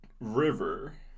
River